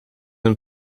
een